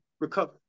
recover